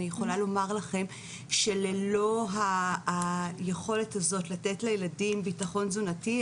אני יכולה לומר לכם שללא היכולת הזאת לתת לילדים ביטחון תזונתי,